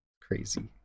Crazy